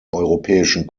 europäischen